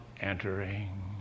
entering